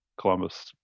columbus